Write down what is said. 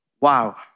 Wow